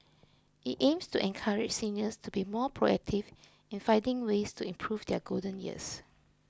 it aims to encourage seniors to be more proactive in finding ways to improve their golden years